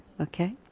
Okay